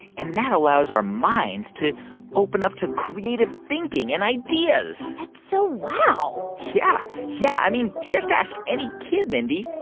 and that allows our minds to open up to creative thinking and ideas that's so wow yeah. yeah, i mean, just ask any kid, mindy.